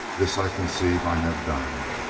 this i conceive i have done.